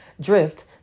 Drift